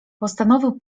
postanowił